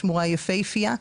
שמורה יפהפייה.